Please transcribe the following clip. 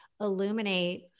illuminate